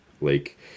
Lake